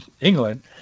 England